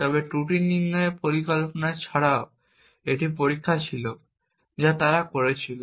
তবে ত্রুটি নির্ণয়ের পরিকল্পনা ছাড়াও একটি পরীক্ষা ছিল যা তারা করেছিল